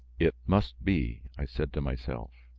it must be! i said to myself.